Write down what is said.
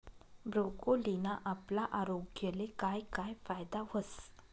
ब्रोकोलीना आपला आरोग्यले काय काय फायदा व्हस